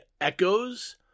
echoes